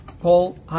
Paul